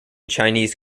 chinese